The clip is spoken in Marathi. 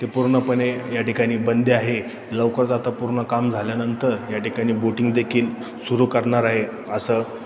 ते पूर्णपणे या ठिकाणी बंदी आहे लवकरच आता पूर्ण काम झाल्यानंतर या ठिकाणी बोटिंग देखील सुरू करणार आहे असं